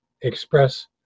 express